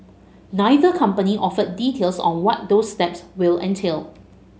neither company offered details on what those steps will entail